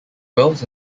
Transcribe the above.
wells